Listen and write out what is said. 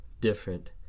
different